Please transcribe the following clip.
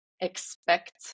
expect